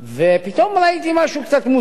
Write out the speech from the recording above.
ופתאום ראיתי משהו קצת מוזר.